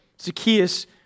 Zacchaeus